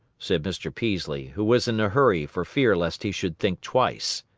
said mr. peaslee, who was in a hurry for fear lest he should think twice.